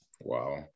Wow